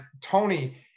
Tony